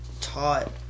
taught